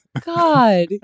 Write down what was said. God